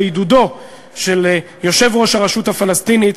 בעידודו של יושב-ראש הרשות הפלסטינית,